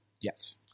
Yes